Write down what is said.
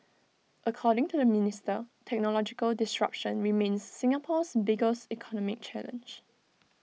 according to the minister technological disruption remains Singapore's biggest economic challenge